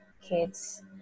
kids